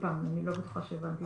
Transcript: אני לא בטוחה שהבנתי אותך.